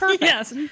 Yes